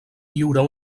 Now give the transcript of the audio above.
lliurar